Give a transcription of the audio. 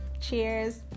cheers